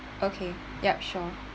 okay ya sure